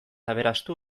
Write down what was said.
aberastu